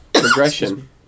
progression